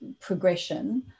progression